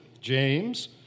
James